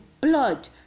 blood